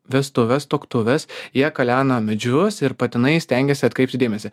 vestuves tuoktuves jie kalena medžius ir patinai stengiasi atkreipti dėmesį